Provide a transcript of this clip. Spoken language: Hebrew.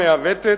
המעַוותת,